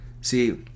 See